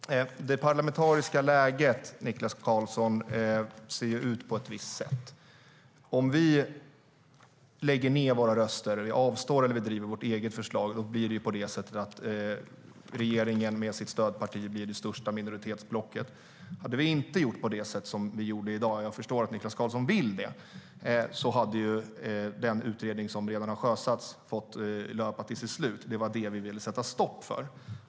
Herr talman! Det parlamentariska läget, Niklas Karlsson, ser ju ut på ett visst sätt. Om vi lägger ned våra röster, avstår från att rösta eller driver vårt eget förslag, då blir regeringen med sitt stödparti det största minoritetsblocket. Hade vi inte gjort på det sätt som vi gjorde i dag - jag förstår att Niklas Karlsson vill det - hade den utredning som redan har sjösatts fått arbeta tills den hade slutförts. Det var det som vi ville sätta stopp för.